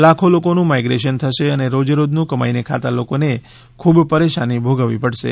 લાખો લોકોનું માઈગ્રેશન થશે અને રોજેરોજનું કમાઈને ખાતા લોકોને ખૂબ પરેશાની ભોગવવી પડશે